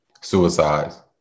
Suicides